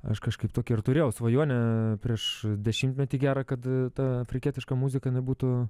aš kažkaip tokią turėjau svajonę prieš dešimtmetį gera kad ta afrikietiška muzika nebūtų